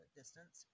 distance